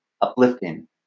uplifting